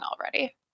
already